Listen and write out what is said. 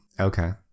Okay